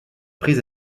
prise